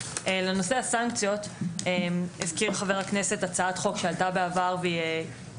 הזכיר חבר הכנסת הצעת חוק שעלתה בעבר והתנגדו לה עוד בוועדת השרים,